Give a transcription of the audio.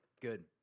good